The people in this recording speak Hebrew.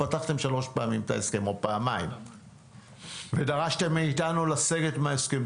פתחתם פעמיים או שלוש את ההסכם ודרשתם מאתנו לסגת מההסכם.